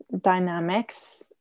dynamics